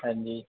ਹਾਂਜੀ